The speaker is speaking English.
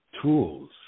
tools